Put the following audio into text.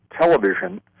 Television